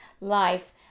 life